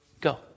go